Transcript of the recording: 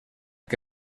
que